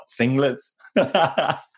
singlets